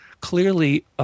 Clearly